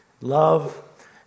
love